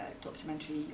documentary